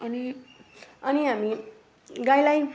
अनि अनि हामी गाईलाई